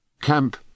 Camp